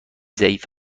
ضعیف